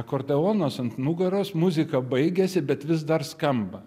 akordeonas ant nugaros muzika baigėsi bet vis dar skamba